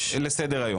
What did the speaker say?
על סדר היום.